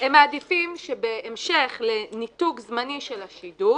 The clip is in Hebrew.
הם מעדיפים שבהמשך לניתוק זמני של השידור